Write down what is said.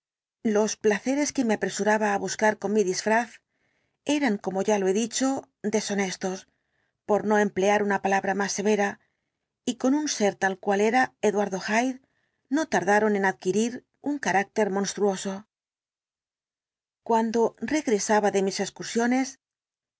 los placeres que me apresuraba á buscar con mi disfraz eran como ya lo he dicho deshonestos por no emplear una palabra más severa y con un ser tal cual era eduardo hyde no tardaron en adquirir un carácter monstruoso cuando regresaba de mis excursiones